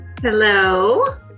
Hello